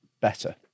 better